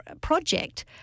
project